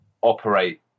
operate